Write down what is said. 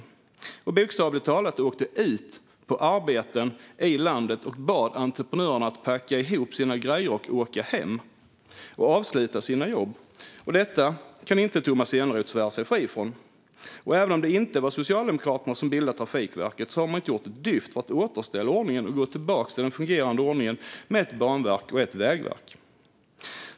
Man åkte bokstavligt talat ut på arbeten i landet och bad entreprenörerna att packa ihop sina grejer, avsluta sina jobb och åka hem. Detta kan inte Tomas Eneroth svära sig fri från. Även om det inte var Socialdemokraterna som bildade Trafikverket har man inte gjort ett dyft får att återställa ordningen och gå tillbaka till den fungerande ordningen med ett banverk och ett vägverk.